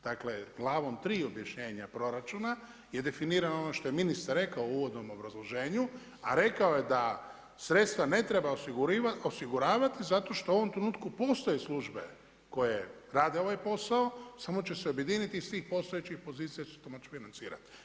Dakle, glavom 3. objašnjenja proračuna je definirano ono što je ministar rekao u uvodnom obrazloženju, a rekao je da sredstva ne treba osiguravati zato što u ovom trenutku postoje službe koje rade ovaj posao samo će se objediniti, iz tih postojećih pozicija će se to moći financirati.